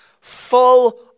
full